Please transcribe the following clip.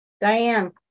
Diane